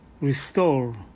restore